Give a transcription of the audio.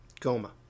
Goma